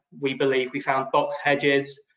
we believe we found box hedges,